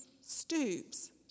stoops